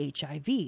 HIV